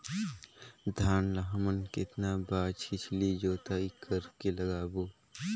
धान ला हमन कतना बार छिछली जोताई कर के लगाबो?